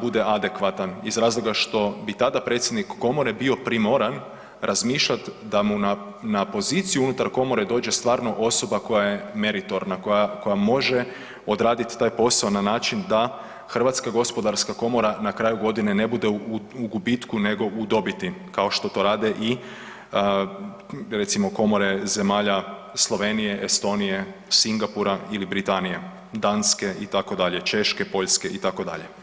bude adekvatan iz razloga što bi tada predsjednik Komore bio primoran razmišljati da mu na poziciju unutar Komore dođe stvarno osoba koja je meritorna, koja može odraditi taj posao na način da Hrvatska gospodarska komora na kraju godine ne bude u gubitku nego u dobiti kao što to rade recimo komore zemalja Slovenije, Estonije, Singapura ili Britanije, Danske, Češke, Poljske itd.